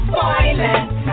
violent